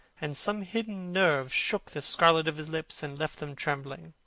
and some hidden nerve shook the scarlet of his lips and left them trembling.